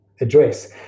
address